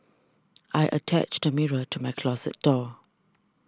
I attached a mirror to my closet door